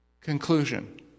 conclusion